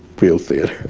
real theater,